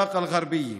באקה אל-גרבייה.